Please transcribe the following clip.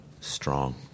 strong